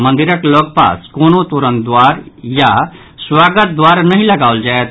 मंदिरक लऽगपास कोनो तोरणद्वार या स्वागत द्वार नहि लगाओल जायत